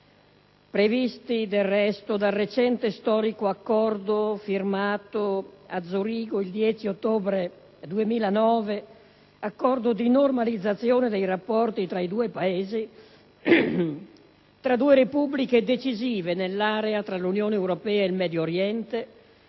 previsti del resto dal recente storico accordo, firmato a Zurigo il 10 ottobre 2009, di normalizzazione dei rapporti tra i due Paesi, tra due Repubbliche decisive nell'area tra l'Unione europea e il Medio Oriente,